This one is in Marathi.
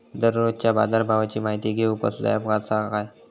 दररोजच्या बाजारभावाची माहिती घेऊक कसलो अँप आसा काय?